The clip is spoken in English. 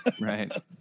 right